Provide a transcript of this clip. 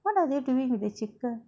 what are they doing with the chicken